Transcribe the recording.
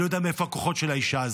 אני לא יודע מאיפה הכוחות של האישה הזו.